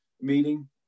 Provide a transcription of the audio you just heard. meeting